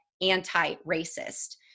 anti-racist